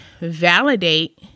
validate